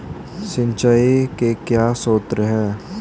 सिंचाई के क्या स्रोत हैं?